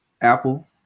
Apple